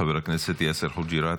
חבר הכנסת יאסר חוג'יראת.